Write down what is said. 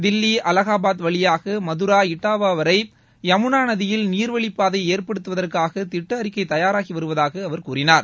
தில்லி அலகாபாத் வழியாக மதரா இட்டாவா வரை யமுனா நதியில் நீர் வழிப்பாதையை ஏற்படுத்துவதற்காக திட்ட அறிக்கை தயாராகி வருவதாக அவர் கூறினார்